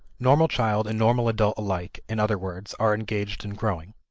normal child and normal adult alike, in other words, are engaged in growing.